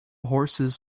horses